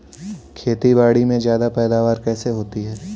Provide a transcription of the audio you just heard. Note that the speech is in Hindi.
खेतीबाड़ी में ज्यादा पैदावार कैसे होती है?